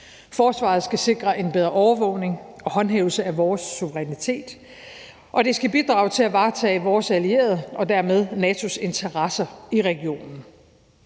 Forsvaret skal sikre en bedre overvågning og håndhævelse af vores suverænitet, og det skal bidrage til at varetage vores allieredes og dermed NATO's interesser i regionen.